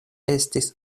estis